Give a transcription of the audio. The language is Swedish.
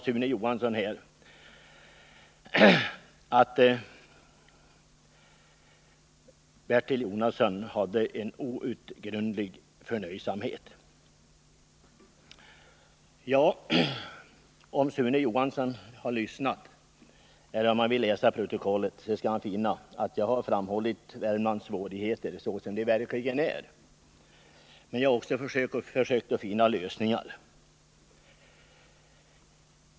Sune Johansson sade att Bertil Jonasson visar en outgrundlig förnöjsamhet. Om Sune Johansson hade lyssnat på mig skulle han ha funnit att jag framställde Värmlands svårigheter som de verkligen är. Men jag har också försökt finna lösningar.